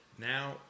Now